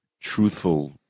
truthful